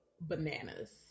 bananas